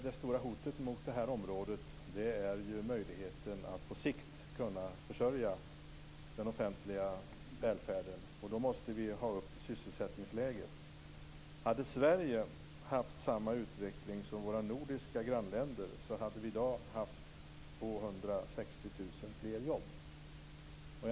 Det stora hotet på det här området gäller ju möjligheten att på sikt kunna försörja den offentliga välfärden. Då måste vi förbättra sysselsättningsläget. Hade Sverige haft samma utveckling som våra nordiska grannländer hade vi i dag haft 260 000 fler jobb.